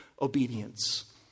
obedience